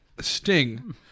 Sting